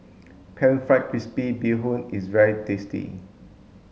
pan fried crispy bee hoon is very tasty